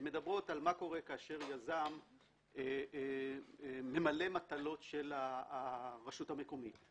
שמדברות על מה קורה כאשר יזם ממלא מטלות של הרשות המקומית,